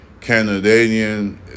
Canadian